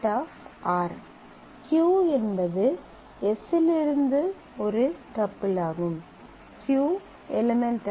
q என்பது s இலிருந்து ஒரு டப்பிள் ஆகும் q € s